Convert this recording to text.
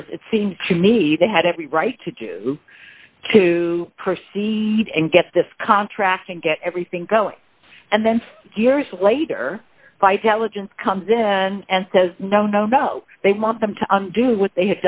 as it seems to me they had every right to do to proceed and get this contract and get everything going and then years later by teligent comes in and says no no no they want them to do what they